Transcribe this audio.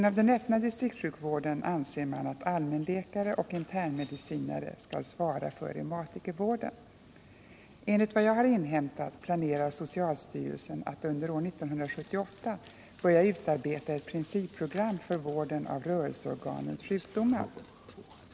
Inom den öppna distriktssjukvården anser man att allmänläkare och internmedicinare skall svara för reumatikervården. Enligt vad jag har inhämtat planerar socialstyrelsen att under år 1978 börja utarbeta ett principprogram för vården av rörelseorganens sjukdomar.